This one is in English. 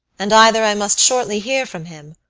and either i must shortly hear from him,